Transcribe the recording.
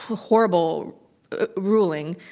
horrible ruling,